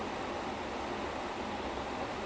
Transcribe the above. ya sia I have so many shows to watch